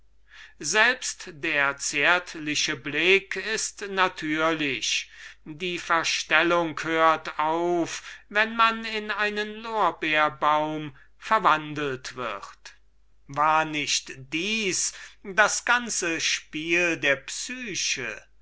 selbst der zärtliche blick ist natürlich die verstellung hört auf wenn man in einen lorbeerbaum verwandelt wird war nicht dieses das ganze spiel der psyche